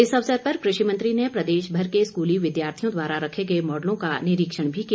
इस अवसर पर कृषि मंत्री ने प्रदेशभर के स्कूली विद्यार्थियों द्वारा रखे गए मॉडलों का निरीक्षण भी किया